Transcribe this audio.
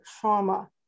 trauma